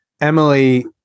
Emily